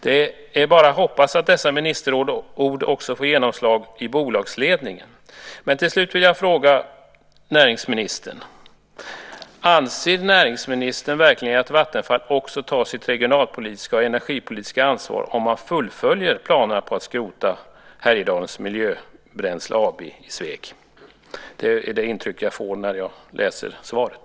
Det är bara att hoppas att dessa ministerord också får genomslag i bolagsledningen. Till sist vill jag fråga näringsministern: Anser näringsministern verkligen att Vattenfall tar sitt regionalpolitiska och energipolitiska ansvar om man fullföljer planerna på att skrota Härjedalens Miljöbränsle AB i Sveg? Det är tyvärr det intryck jag får när jag läser svaret.